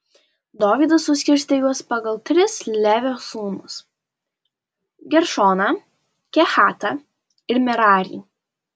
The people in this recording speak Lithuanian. dovydas suskirstė juos pagal tris levio sūnus geršoną kehatą ir merarį